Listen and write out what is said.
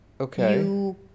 Okay